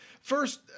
First